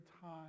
time